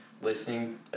listening